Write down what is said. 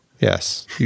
Yes